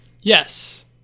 Yes